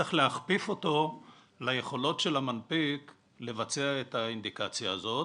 צריך להכפיף אותו ליכולות של המנפיק לבצע את האינדיקציה הזאת,